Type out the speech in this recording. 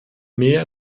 mehr